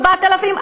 4,000,